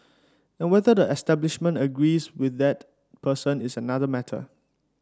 and whether the establishment agrees with that person is another matter